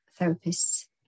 therapists